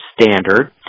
standard